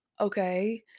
okay